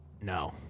No